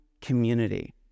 community